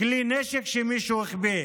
כלי נשק שמישהו החביא,